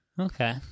Okay